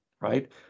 right